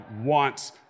wants